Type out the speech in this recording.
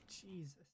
Jesus